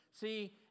See